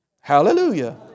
Hallelujah